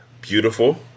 Beautiful